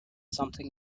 something